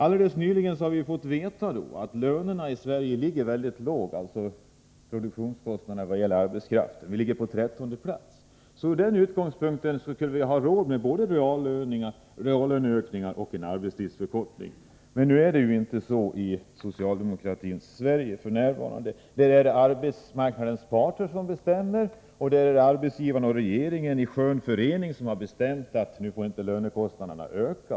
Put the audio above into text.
Helt nyligen blev det bekant att lönerna i Sverige ligger väldigt lågt. Det handlar alltså om produktionskostnaderna vad gäller arbetskraften. Vi ligger på trettonde plats. Från den utgångspunkten kunde vi ha råd med både reallöneökningar och en arbetstidsförkortning. Men f.n. är det inte möjligt i socialdemokratins Sverige. Där är det arbetsmarknadens parter som bestämmer. Arbetsgivarna och regeringen i skön förening har bestämt att lönekostnaderna inte får öka.